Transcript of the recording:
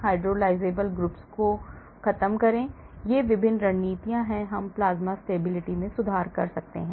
hydrolysable समूहों को खत्म करना ये विभिन्न रणनीतियां हैं हम plasma stability में सुधार कर सकते हैं